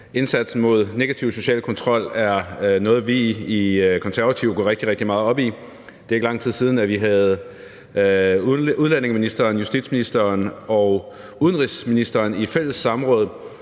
Indsatsen mod negativ social kontrol er noget, vi i Konservative går rigtig, rigtig meget op i. Det er ikke lang tid siden, vi havde udlændinge- og integrationsministeren, justitsministeren og udenrigsministeren i fælles samråd